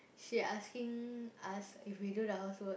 she asking us if we do the housework